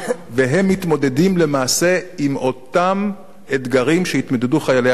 והם מתמודדים למעשה עם אותם אתגרים שהתמודדו חיילי השייטת,